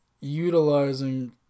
utilizing